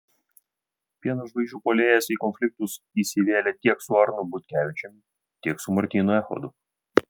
pieno žvaigždžių puolėjas į konfliktus įsivėlė tiek su arnu butkevičiumi tiek su martynu echodu